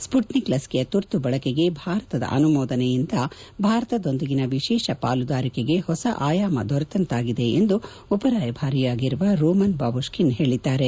Sputnik ಲಸಿಕೆಯ ತುರ್ತು ಬಳಕೆಗೆ ಭಾರತದ ಅನುಮೋದನೆಯಿಂದ ಭಾರತದೊಂದಿಗಿನ ವಿಶೇಷ ಪಾಲುದಾರಿಕೆಗೆ ಹೊಸ ಆಯಾಮ ದೊರೆತಂತಾಗಿದೆ ಎಂದು ಉಪ ರಾಯಭಾರಿಯಾಗಿರುವ ರೋಮನ್ ಬಾಬುಶ್ನಿನ್ ಹೇಳಿದ್ದಾರೆ